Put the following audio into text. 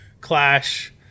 clash